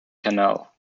canal